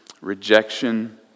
rejection